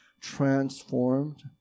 transformed